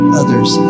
others